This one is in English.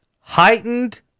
heightened